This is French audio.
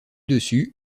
dessus